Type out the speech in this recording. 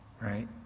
right